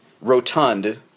rotund